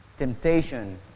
Temptation